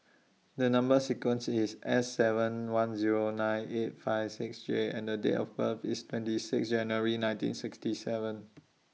The Number sequence IS S seven one Zero nine eight five six J and The Date of birth IS twenty six January nineteen thirty seven